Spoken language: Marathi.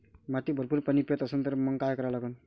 माती भरपूर पाणी पेत असन तर मंग काय करा लागन?